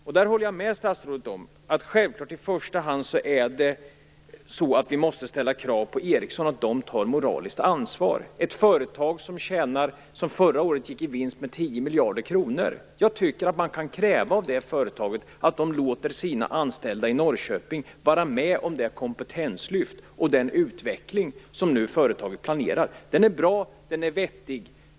Jag håller med statsrådet om att vi i första hand självklart måste ställa krav på att Ericsson tar moraliskt ansvar. Jag tycker att man kan kräva av ett företag som förra året gick med 10 miljarder kronor i vinst att de låter sina anställda i Norrköping vara med om det kompetenslyft och den utveckling som företaget nu planerar. Den är bra. Den är vettig.